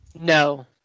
No